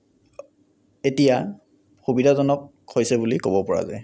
এতিয়া সুবিধাজনক হৈছে বুলি ক'ব পৰা যায়